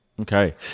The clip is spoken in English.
Okay